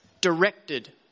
directed